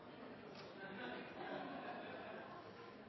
på fjellhotellet, kan